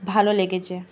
ভালো লেগেছে